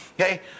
Okay